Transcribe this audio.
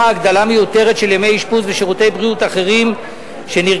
הגדלה מיותרת של ימי אשפוז ושירותי בריאות אחרים שנרכשים